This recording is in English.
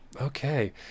Okay